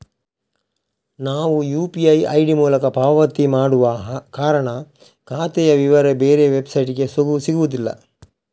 ನಾವು UPI ID ಮೂಲಕ ಪಾವತಿ ಮಾಡುವ ಕಾರಣ ಖಾತೆಯ ವಿವರ ಬೇರೆ ವೆಬ್ಸೈಟಿಗೆ ಸಿಗುದಿಲ್ಲ